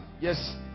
yes